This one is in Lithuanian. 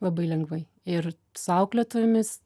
labai lengvai ir su auklėtojomis